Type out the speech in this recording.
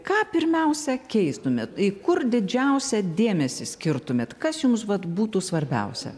ką pirmiausia keistumėt į kur didžiausią dėmesį skirtumėt kas jums vat būtų svarbiausia